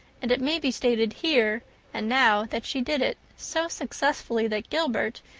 and it may be stated here and now that she did it, so successfully that gilbert,